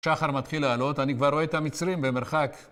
שחר מתחיל לעלות, אני כבר רואה את המצרים במרחק.